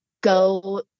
go